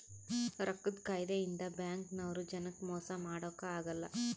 ರೊಕ್ಕದ್ ಕಾಯಿದೆ ಇಂದ ಬ್ಯಾಂಕ್ ನವ್ರು ಜನಕ್ ಮೊಸ ಮಾಡಕ ಅಗಲ್ಲ